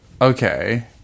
Okay